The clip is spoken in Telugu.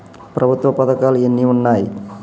ప్రభుత్వ పథకాలు ఎన్ని ఉన్నాయి?